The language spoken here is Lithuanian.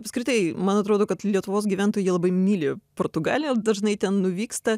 apskritai man atrodo kad lietuvos gyventojai jie labai myli portugaliją dažnai ten nuvyksta